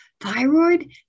thyroid